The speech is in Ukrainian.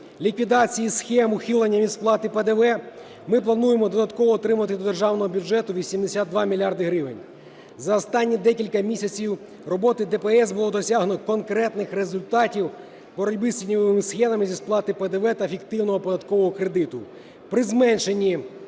ліквідації схем, ухилення від сплати ПДВ ми плануємо додатково отримати до державного бюджету 82 мільярди гривень. За останні декілька місяців роботи ДПС було досягнуто конкретних результатів боротьби з тіньовими схемами зі сплати ПДВ та фіктивного податкового кредиту. При зменшенні